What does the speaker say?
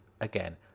Again